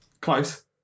Close